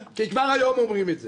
כי כבר היום אומרים את זה.